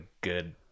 good